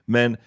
Men